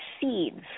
seeds